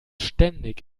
ständig